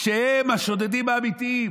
כשהם השודדים העיקריים.